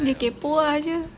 dia kepoh ah jer